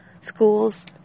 schools